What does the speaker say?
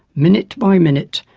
minute by minute,